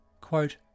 Quote